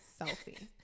selfie